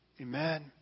Amen